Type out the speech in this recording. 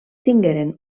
tingueren